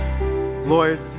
Lord